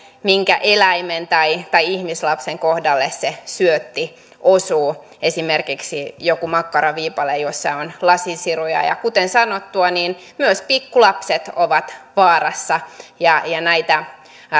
minkä eläimen tai tai ihmislapsen kohdalle se syötti osuu esimerkiksi joku makkaraviipale jossa on lasinsiruja ja kuten sanottua niin myös pikkulapset ovat vaarassa ja ja näitä